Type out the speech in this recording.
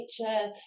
nature